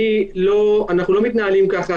אנחנו לא מתנהלים כך.